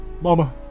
Mama